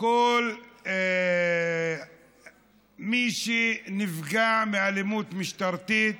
כל מי שנפגעו מאלימות משטרתית,